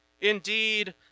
Indeed